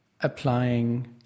applying